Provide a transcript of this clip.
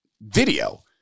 video